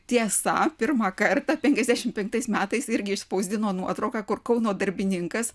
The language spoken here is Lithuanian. tiesa pirmą kartą penkiasdešimt penktais metais irgi išspausdino nuotrauką kur kauno darbininkas